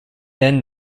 then